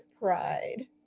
pride